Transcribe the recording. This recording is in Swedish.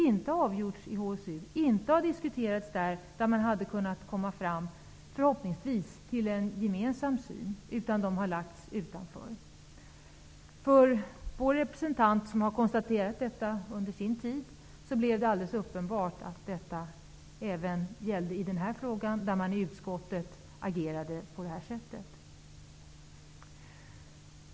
Frågorna har inte diskuterats i det sammanhang där man förhoppningsvis hade kunnat komma fram till en gemensam syn utan lagts utanför. För vår representant, som har konstaterat detta under sin tid i HSU, blev det alldeles uppenbart att utskottet agerade på detta sätt även i denna fråga. Herr talman!